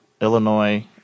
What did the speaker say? Illinois